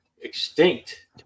extinct